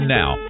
now